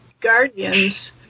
guardians